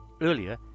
Earlier